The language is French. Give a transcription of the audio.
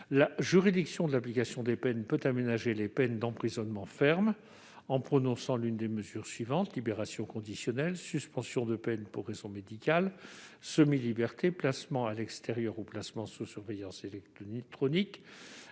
La juridiction de l'application des peines peut aménager les peines d'emprisonnement ferme en prononçant l'une des mesures suivantes : libération conditionnelle, suspension de peine pour raisons médicales, semi-liberté, placement à l'extérieur ou placement sous surveillance électronique.